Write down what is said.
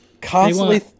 constantly